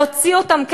להוציא אותם,